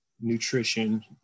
nutrition